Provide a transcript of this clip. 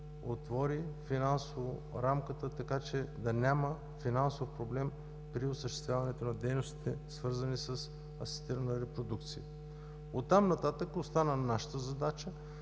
отвори финансово рамката, така че да няма финансов проблем при осъществяването на дейностите, свързани с асистирана репродукция. От там нататък остана нашата задача,